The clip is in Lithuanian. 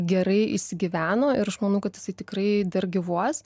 gerai įsigyveno ir aš manau kad jisai tikrai dar gyvuos